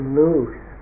lose